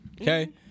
okay